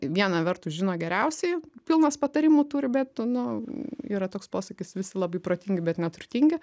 viena vertus žino geriausiai pilnas patarimų turi bet nu yra toks posakis visi labai protingi bet neturtingi